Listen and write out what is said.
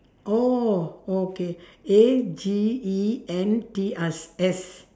oh okay A G E N T S S